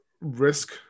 risk